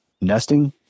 nesting